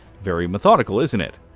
very methodical, isn't it?